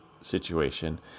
situation